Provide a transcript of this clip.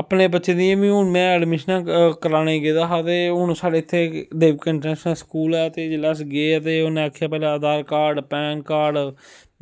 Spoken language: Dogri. अपने बच्चें दियां बी हून में अडमिशनां कराने गेदा हा ते हून साढ़े इत्थे द'ऊं कंटैंसटैंन्ट स्कूल ऐ ते जिसलै अस गे ते उनें आखेआ पैह्सै आधार कार्ड़ पैन कार्ड़